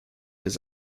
his